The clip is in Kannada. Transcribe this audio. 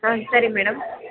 ಹಾಂ ಸರಿ ಮೇಡಮ್